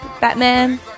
Batman